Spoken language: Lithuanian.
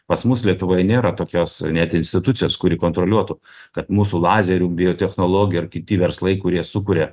pas mus lietuvoj nėra tokios net institucijos kuri kontroliuotų kad mūsų lazerių biotechnologijų ar kiti verslai kurie sukuria